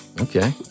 okay